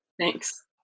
Thanks